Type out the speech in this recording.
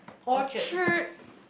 Orchard